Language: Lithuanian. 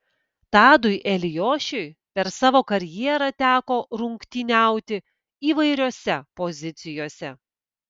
tadui eliošiui per savo karjerą teko rungtyniauti įvairiose pozicijose